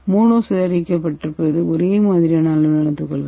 mono சிதறடிக்கப்பட்டிருப்பது ஒரே மாதிரியான அளவிலான துகள்கள்